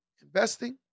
investing